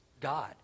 God